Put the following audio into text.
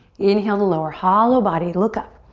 inhale the lower. hollow body, look up.